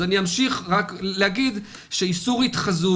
אז אני אמשיך ואומר שאיסור התחזות,